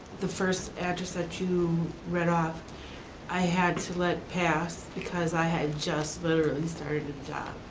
the first address that you read off i had to let pass because i had just literally started a job,